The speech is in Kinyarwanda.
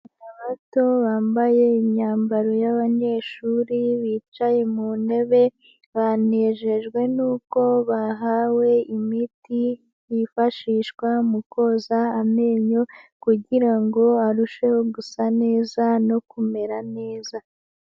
Abato bambaye imyambaro y'abanyeshuri bicaye mu ntebe, banejejwe n'uko bahawe imiti yifashishwa mu koza amenyo, kugira ngo arusheho gusa neza no kumera neza.